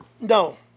No